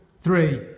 three